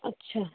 ਅੱਛਾ